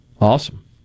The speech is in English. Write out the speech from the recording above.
Awesome